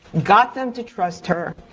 got them to trust her,